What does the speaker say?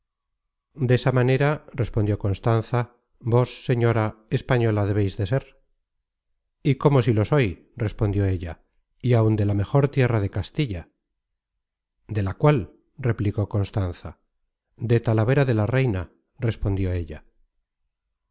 de cocina desa manera respondió constanza vos señora española debeis de ser content from google book search generated at y cómo si lo soy respondió ella y áun de la mejor tierra de castilla de cuál replicó constanza de talavera de la reina respondió ella